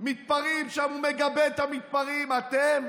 מתפרעים שם הוא מגבה את המתפרעים, אתם